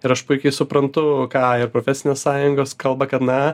ir aš puikiai suprantu ką ir profesinės sąjungos kalba kad na